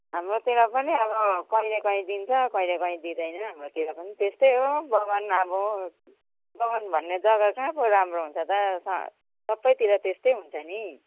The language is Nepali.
हाम्रोतिर पनि अब कहिलेकहिले दिन्छ कहिलेकहिले दिँदैन हाम्रोतिर पनि त्यस्तै हो बगान अब बगान भन्ने जग्गा कहाँ पो राम्रो हुन्छ त सबैतिर त्यस्तै हुन्छ नि